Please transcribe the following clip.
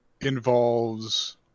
involves